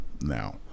now